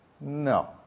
No